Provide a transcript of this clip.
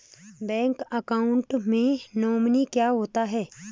Bank account में nominee क्या होता है?